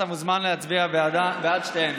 אתה מוזמן להצביע בעד שתיהן.